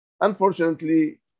Unfortunately